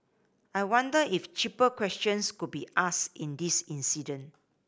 I wonder if cheaper questions could be ask in this incident